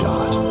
God